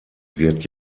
wird